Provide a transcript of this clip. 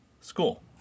school